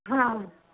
हां